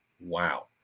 Wow